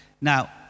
Now